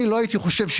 אני לא הייתי חושב,